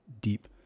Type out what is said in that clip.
deep